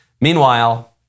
Meanwhile